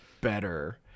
better